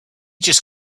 just